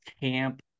camp